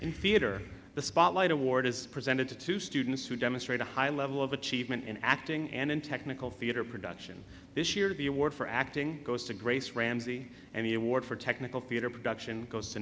feodor the spotlight award is presented to two students who demonstrate a high level of achievement in acting and in technical theater production this year the award for acting goes to grace ramsey and the award for technical feature production goes to